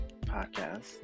podcast